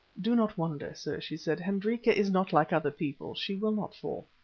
do not wonder, sir, she said, hendrika is not like other people. she will not fall.